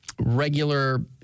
regular